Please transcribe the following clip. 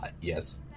yes